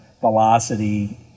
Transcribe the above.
velocity